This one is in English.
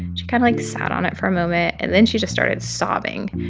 she kind of, like, sat on it for a moment, and then she just started sobbing.